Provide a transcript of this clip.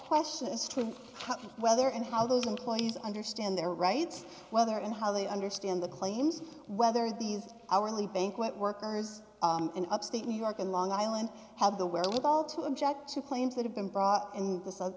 question as to whether and how those employees understand their rights whether and how they understand the claims whether these hourly banquet workers in upstate new york in long island have the wherewithal to object to claims that have been brought in th